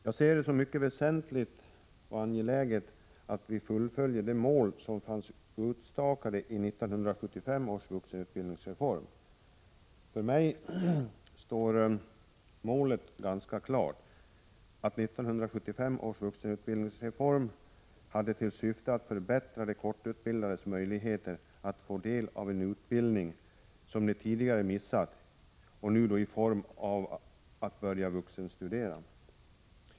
Jag ser det som mycket väsentligt och angeläget att vi fullföljer de mål som fanns utstakade i 1975 års vuxenutbildningsreform. För mig står målet ganska klart, att 1975 års vuxenutbildningsreform hade till syfte att förbättra de korttidsutbildades möjligheter att få del av en utbildning som de tidigare missat — nu i form av att börja vuxenstudera.